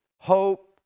hope